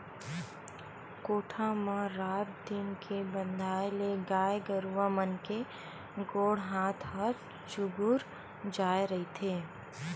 कोठा म म रात दिन के बंधाए ले गाय गरुवा मन के गोड़ हात ह चूगूर जाय रहिथे